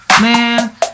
Man